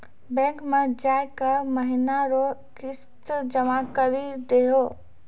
bank मे जाय के महीना रो किस्त जमा करी दहो